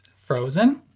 frozen,